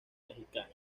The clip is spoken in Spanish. mexicana